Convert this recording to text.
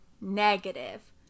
negative